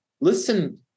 listen